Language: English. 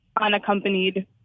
unaccompanied